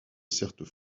certes